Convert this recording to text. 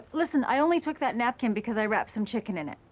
listen, i only took that napkin because i wrapped some chicken in it.